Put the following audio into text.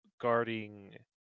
guarding